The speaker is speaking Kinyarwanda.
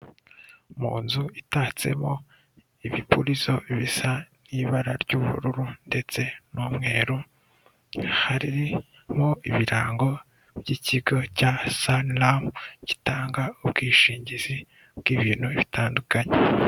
Mu nzu itatsemo ibipurizo bisa n'ibara ry'ubururu ndetse n'umweru, harimo ibirango by'ikigo cya saniramu gitanga ubwishingizi bw'ibintu bitandukanye.